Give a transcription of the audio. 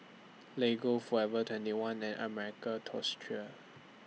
Lego Forever twenty one and American Tourister